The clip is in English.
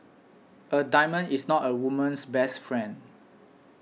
a diamond is not a woman's best friend